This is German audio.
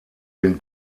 den